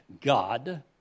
God